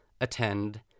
attend